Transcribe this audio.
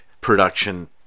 production